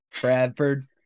Bradford